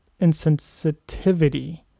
insensitivity